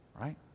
right